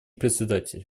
председатель